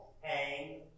hang